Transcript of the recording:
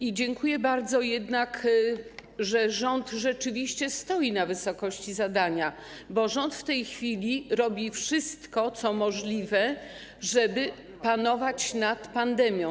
I dziękuję bardzo, że rząd jednak rzeczywiście stanął na wysokości zadania, bo rząd w tej chwili robi wszystko co możliwe, żeby panować nad pandemią.